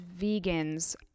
vegans